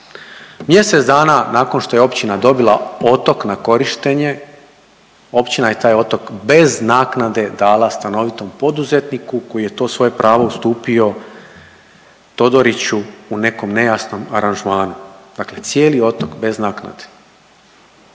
Mjesec dana nakon što je općina dobila otok na korištenje općina je taj otok bez naknade dala stanovitom poduzetniku koji je to svoje pravo ustupio Todoriću u nekom nejasnom aranžmanu. Dakle cijeli otok bez naknade.